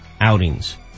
outings